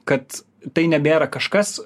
kad tai nebėra kažkas